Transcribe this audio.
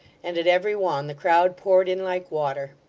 and at every one the crowd poured in like water.